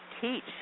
teach